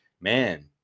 man